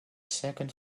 second